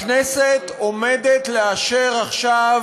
הכנסת עומדת לאשר עכשיו